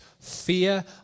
fear